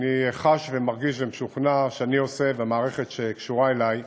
ואני חש, מרגיש ומשוכנע שאני, והמערכת שקשורה אלי,